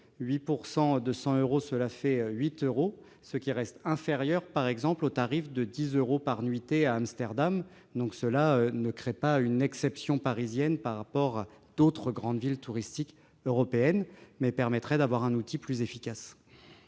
à un prix de 8 euros, qui reste inférieur, par exemple, au tarif de 10 euros par nuitée à Amsterdam. Une telle disposition ne créerait donc pas une exception parisienne par rapport à d'autres grandes villes touristiques européennes, mais permettrait d'avoir un outil plus efficace.